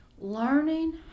Learning